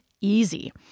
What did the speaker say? easy